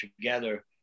together